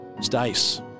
Stace